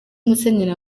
musenyeri